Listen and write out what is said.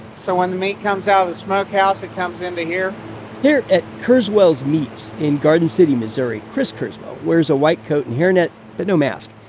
so when the meat comes out of the smokehouse, it comes into here here at kurzweils' meats in garden city, mo, chris kurzweil wears a white coat and hairnet but no mask.